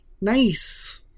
Nice